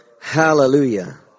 hallelujah